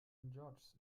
george’s